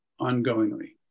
ongoingly